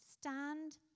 stand